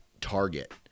Target